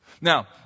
Now